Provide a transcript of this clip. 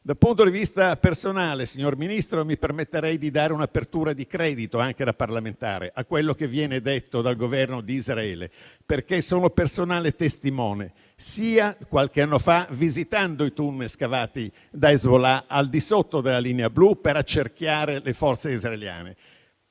Dal punto di vista personale, signor Ministro, mi permetterei di dare un'apertura di credito, anche da parlamentare, a quello che viene detto dal Governo di Israele, perché sono personale testimone, avendo visitato qualche anno fa i tunnel scavati da Hezbollah al di sotto della linea blu per accerchiare le forze israeliane,